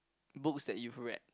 books that you've read